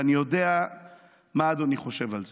ואני יודע מה אדוני חושב על זה.